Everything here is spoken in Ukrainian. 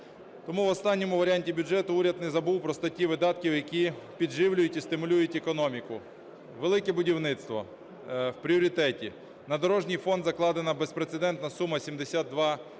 Тому в останньому варіанті бюджету уряд не забув про статті видатків, які підживлюють і стимулюють економіку. Велике будівництво у пріоритеті, на дорожній фонд закладена безпрецедентна сума – 72